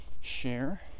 share